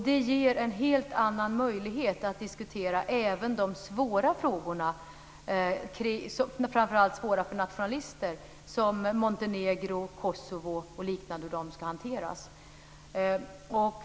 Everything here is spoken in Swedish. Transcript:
Det ger en helt annan möjlighet att diskutera även de svåra frågorna, framför allt svåra för nationalister, som Montenegro, Kosovo och liknande, och hur de ska hanteras.